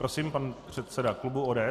Prosím pan předseda klubu ODS.